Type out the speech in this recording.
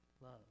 love